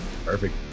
perfect